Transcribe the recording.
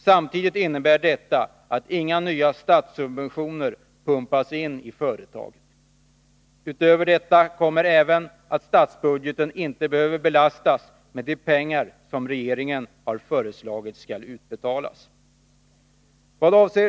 Samtidigt innebär detta att inga nya statssubventioner pumpas in i företaget. Därtill kommer att statsbudgeten inte behöver belastas med de pengar som regeringen har föreslagit skall utbetalas.